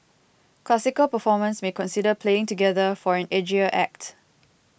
classical performers may consider playing together for an edgier act